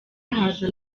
haza